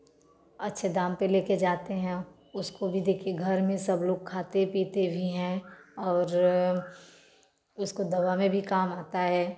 अच्छे दाम पर लेकर जाते हैं उसको भी देखिए घर में सब लोग खाते पीते भी हैं और उसको दवा में भी काम आता है